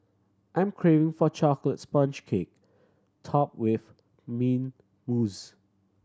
I'm craving for chocolate sponge cake top with mint mousse